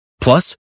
Plus